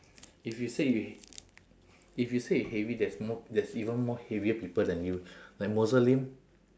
if you said you h~ if you said you heavy there's more there's even more heavier people than you like moses lim